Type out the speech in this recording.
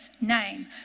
Name